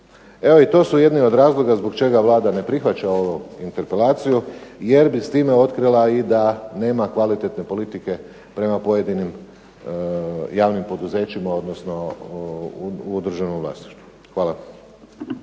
Evo i to su jedni od razloga zbog čega Vlada ne prihvaća ovu interpelaciju, jer bi s time otkrila i da nema kvalitetne politike prema pojedinim javnim poduzećima, odnosno u državnom vlasništvu. Hvala.